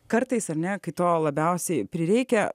kartais ar ne kai to labiausiai prireikia